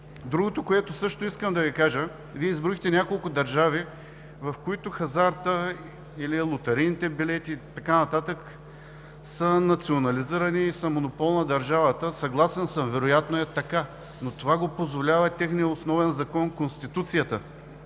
Другото, което също искам да Ви кажа. Вие изброихте няколко държави, в които хазартът или лотарийните билети и така нататък са национализирани и са монопол на държавата. Съгласен съм! Вероятно е така! Това обаче го позволява техният основен закон – Конституцията.